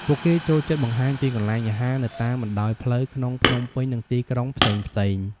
ពួកគេចូលចិត្តបង្ហាញពីកន្លែងអាហារនៅតាមបណ្តោយផ្លូវ ក្នុងភ្នំពេញ និងទីក្រុងផ្សេងៗ។